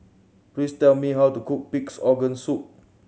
please tell me how to cook Pig's Organ Soup